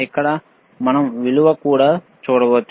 ఇక్కడ ఎడమ మనం విలువ కూడా చూడవచ్చు